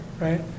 right